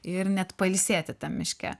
ir net pailsėti tam miške